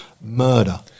Murder